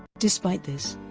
despite this,